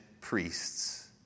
priests